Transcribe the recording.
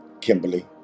Kimberly